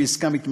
52) (שקיפות מרכיבי תשלום בעסקה מתמשכת).